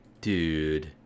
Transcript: Dude